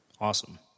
Awesome